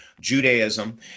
Judaism